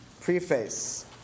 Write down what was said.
preface